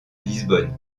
lisbonne